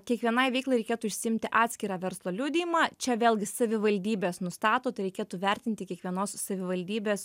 kiekvienai veiklai reikėtų išsiimti atskirą verslo liudijimą čia vėlgi savivaldybės nustato tai reikėtų vertinti kiekvienos savivaldybės